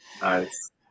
Nice